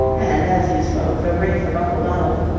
and, as he spoke, the wraith of uncle donald,